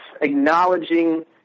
acknowledging